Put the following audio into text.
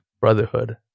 brotherhood